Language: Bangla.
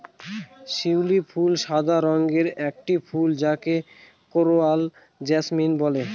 শিউলি ফুল সাদা রঙের একটি ফুল যাকে কোরাল জাসমিন বলে